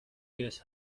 guess